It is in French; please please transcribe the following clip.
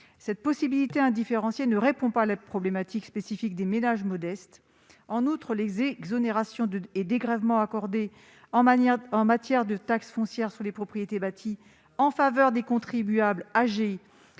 Cette possibilité indifférenciée ne répond pas à la problématique spécifique des ménages modestes. En outre, les exonérations et dégrèvements accordés en matière de taxe foncière sur les propriétés bâties en faveur des contribuables âgés